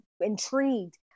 intrigued